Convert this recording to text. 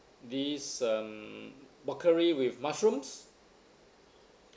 this um curry with mushrooms